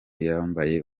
yambaye